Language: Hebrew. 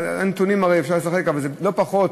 בנתונים הרי אפשר לשחק, אבל זה לא פחות,